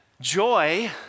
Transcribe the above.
Joy